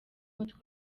umutwe